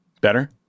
better